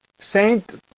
Saint